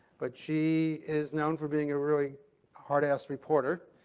but she is known for being a really hard ass reporter,